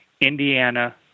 Indiana